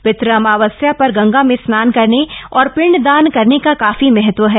पित् अमावस्या पर गंगा में स्नान करने और पिंडदान करने का काफी महत्व है